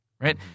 Right